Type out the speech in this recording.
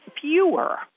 fewer